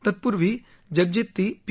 तत्पूर्वी जगज्जेती पी